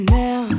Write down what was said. now